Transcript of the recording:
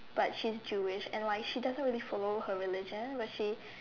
but she is Jewish and like she doesn't really follow her religion but she